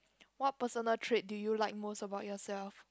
what personal trait do you like most about yourself